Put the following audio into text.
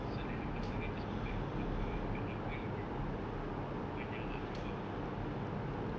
so like selepas itu he just buat kat tangga ah kat tangga lebih banyak ruang [pe]